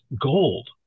gold